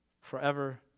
forever